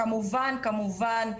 כמובן כמובן,